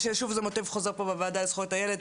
שוב, זה מוטיב חוזר פה בוועדה לזכויות הילד,